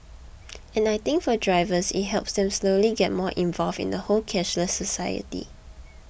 and I think for drivers it helps them slowly get more involved in the whole cashless society